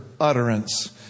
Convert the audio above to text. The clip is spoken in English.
utterance